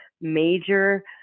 major